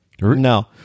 No